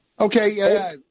Okay